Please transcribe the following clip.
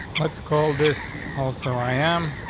let's call this also, i am